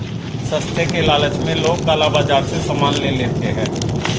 सस्ते के लालच में लोग काला बाजार से सामान ले लेते हैं